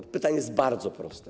To pytanie jest bardzo proste.